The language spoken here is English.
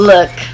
Look